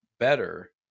better